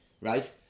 right